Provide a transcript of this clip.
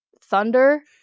thunder